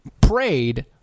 prayed